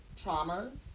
traumas